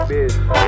Bitch